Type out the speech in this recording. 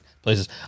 Places